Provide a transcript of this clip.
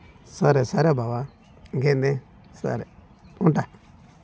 సరే సరే బావ ఇంకేంటి సరే ఉంటాను